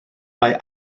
mae